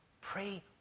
Pray